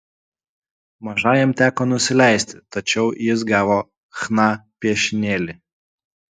mažajam teko nusileisti tačiau jis gavo chna piešinėlį